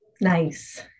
Nice